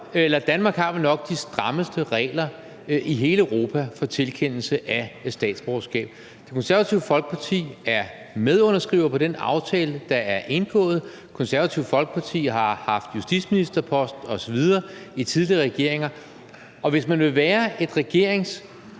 Danmark har vel nok de strammeste regler i hele Europa for tildeling af statsborgerskab. Det Konservative Folkeparti er medunderskriver på den aftale, der er indgået, Det Konservative Folkeparti har haft justitsministerposten osv. i tidligere regeringer, og hvis man vil være et regeringsegnet